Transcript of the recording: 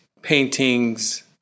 Paintings